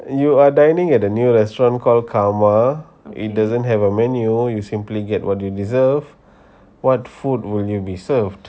you are dining at the new restaurant called karma it doesn't have a menu you simply get what you deserve what food will you be served